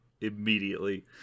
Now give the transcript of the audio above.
immediately